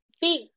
big